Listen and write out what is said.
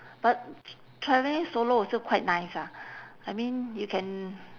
but tr~ travelling solo also quite nice ah I mean you can